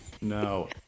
no